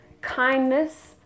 kindness